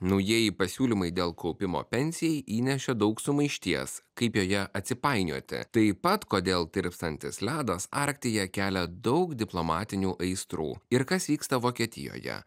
naujieji pasiūlymai dėl kaupimo pensijai įnešė daug sumaišties kaip joje atsipainioti taip pat kodėl tirpstantis ledas arktyje kelia daug diplomatinių aistrų ir kas vyksta vokietijoje